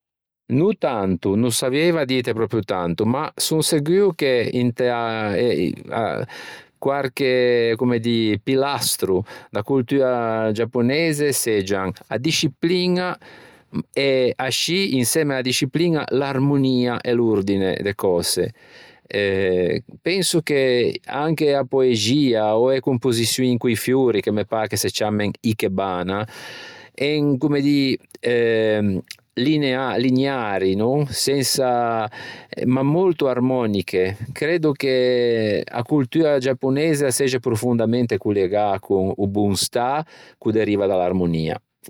No tanto, no savieiva dîte pròpio tanto ma son seguo che inte a e i a quarche comme dî pillastro da coltua giaponeise seggian a discipliña e ascì insemme a-a discipliña l'armonia e l'ordine de cöse. Eh penso che anche a poexia ò e composiçioin co-i fiori che me pâ che se ciammen ikebana en comme dî linear- liniari no sensa ma molto armoniche, creddo che a coltua giaponeise a segge profondamente collegâ con o bon stâ ch'o deriva da l'armonia.